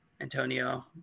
Antonio